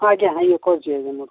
ହଁ ଆଜ୍ଞା ଆଜ୍ଞା କହୁଛି ଆଜ୍ଞା